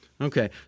Okay